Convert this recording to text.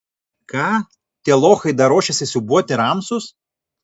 ką tie lochai dar ruošiasi siūbuoti ramsus